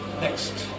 Next